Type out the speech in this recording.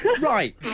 Right